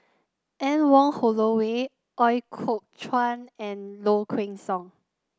Anne Wong Holloway Ooi Kok Chuen and Low Kway Song